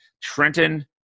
Trenton